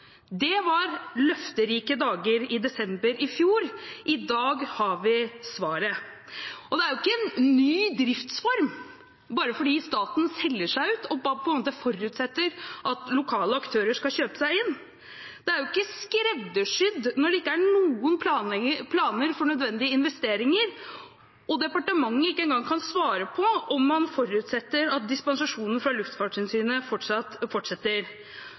Det var løfterike dager i desember i fjor. I dag har vi svaret. Det er ikke en ny driftsform bare fordi staten selger seg ut og forutsetter at lokale aktører skal kjøpe seg inn. Det er ikke skreddersydd når det ikke er noen planer for nødvendige investeringer og departementet ikke engang kan svare på om man forutsetter at dispensasjonen fra Luftfartstilsynet fortsetter.